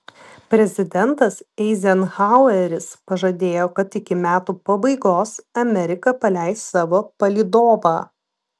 prezidentas eizenhaueris pažadėjo kad iki metų pabaigos amerika paleis savo palydovą